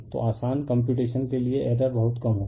तो आसान कम्प्यूटेशन के लिए एरर बहुत कम होगी